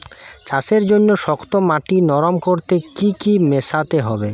চাষের জন্য শক্ত মাটি নরম করতে কি কি মেশাতে হবে?